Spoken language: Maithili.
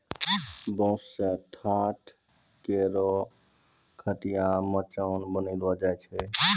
बांस सें ठाट, कोरो, खटिया, मचान बनैलो जाय छै